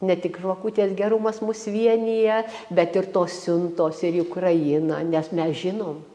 ne tik žvakutės gerumas mus vienija bet ir tos siuntos ir į ukrainą nes mes žinom